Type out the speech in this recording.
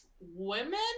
women